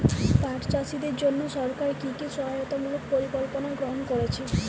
পাট চাষীদের জন্য সরকার কি কি সহায়তামূলক পরিকল্পনা গ্রহণ করেছে?